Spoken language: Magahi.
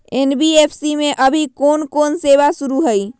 एन.बी.एफ.सी में अभी कोन कोन सेवा शुरु हई?